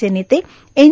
चे नेते एन